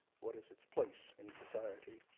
what is its place in society?